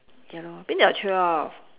ya lor bin jau got twelve